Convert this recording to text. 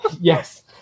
Yes